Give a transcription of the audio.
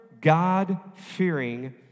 God-fearing